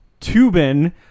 Tubin